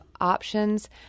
options